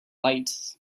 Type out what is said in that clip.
light